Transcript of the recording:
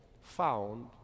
found